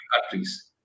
countries